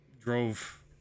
drove